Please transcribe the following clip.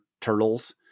turtles